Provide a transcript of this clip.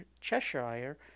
Cheshire